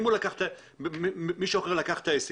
אם מישהו אחר לקח את העסק,